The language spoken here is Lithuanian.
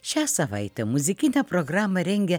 šią savaitę muzikinę programą rengia